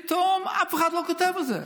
פתאום אף אחד לא כותב על זה.